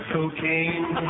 Cocaine